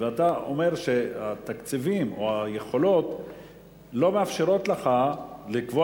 ואתה אומר שהתקציבים או היכולות לא מאפשרים לך לקבוע